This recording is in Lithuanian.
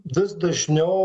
vis dažniau